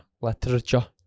Literature